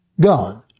God